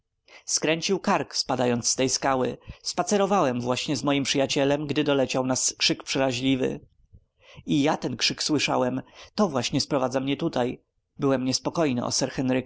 skręcił kark spadając z tej skały spacerowałem właśnie z moim przyjacielem gdy doleciał nas krzyk przeraźliwy i ja ten krzyk słyszałem to właśnie sprowadza mnie tutaj byłem niespokojny